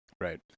Right